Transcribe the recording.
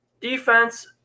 Defense